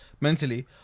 mentally